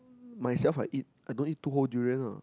myself I eat I don't eat two whole durians ah